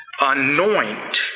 Anoint